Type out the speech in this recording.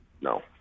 no